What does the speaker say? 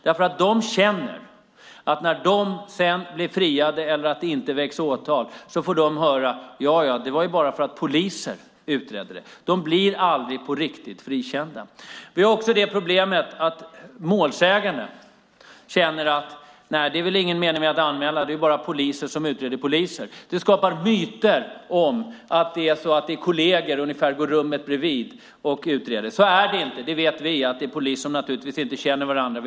De säger att de, när de sedan blir friade eller om det inte väcks åtal, får höra: Ja, ja, det var bara för att poliser utredde det. De blir alltså aldrig på riktigt frikända. Vi har även det problemet att målsäganden känner att det inte är någon mening med att anmäla eftersom det ändå är polisen som utreder polisen. Det skapar myter om att kolleger i rummet bredvid utreder. Så är det inte, det vet vi, utan det är poliser som naturligtvis inte känner varandra.